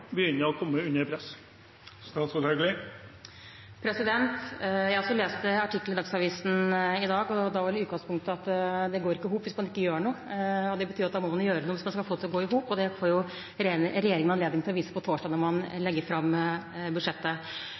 begynner å komme under press. Jeg leste også artikkelen i Dagsavisen i dag. Der var vel utgangspunktet at det ikke går i hop hvis man ikke gjør noe. Det betyr at man må gjøre noe hvis man skal få det til å gå i hop. Det får regjeringen anledning til å vise på torsdag, når man legger fram budsjettet.